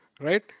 Right